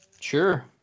Sure